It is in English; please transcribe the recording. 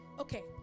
Okay